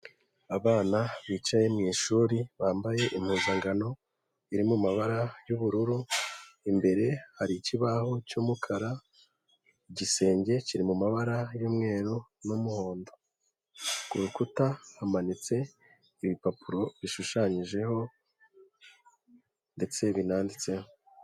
Abana bicaye mu ishuri, bambaye impuzankano, irimo mu mabara y'ubururu, imbere hari ikibaho cy'umukar, igisenge kiri mu mabara y'umweru n'umuhondo, ku rukuta hamanitse ibipapuro bishushanyijeho ndetse binanditseho.